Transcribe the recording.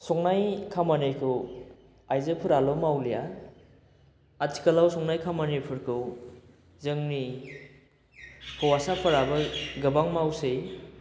संनाय खामानिखौ आइजोफोरल' मावलिया आथिखालाव संनाय खामानिफोरखौ जोंनि हौवासाफोराबो गोबां मावसै